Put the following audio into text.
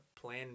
plan